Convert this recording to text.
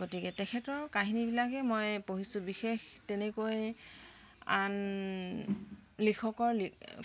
গতিকে তেখেতৰ কাহিনীবিলাকে পঢ়িছোঁ বিশেষ তেনেকৈ আন লিখকৰ